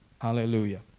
Hallelujah